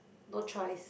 no choice